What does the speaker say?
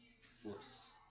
flips